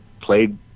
played